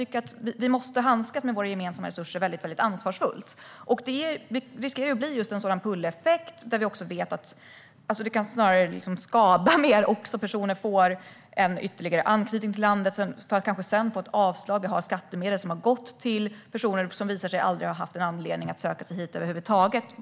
Vi måste handskas ansvarsfullt med våra gemensamma resurser. Det riskerar också att bli en pull-effekt där det snarare skadar mer, att personer får en ytterligare anknytning till landet och sedan får avslag. Skattemedel har gått till personer som aldrig har haft någon anledning att söka sig hit över huvud taget.